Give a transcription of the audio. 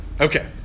Okay